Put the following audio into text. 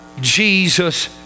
Jesus